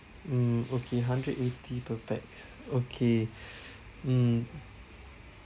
mm okay hundred eighty per pax okay mm